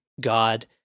God